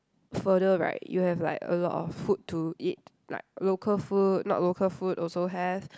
further right you have like a lot of food to eat like local food not local food also have